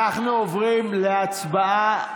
אנחנו עוברים להצבעה.